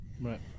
Right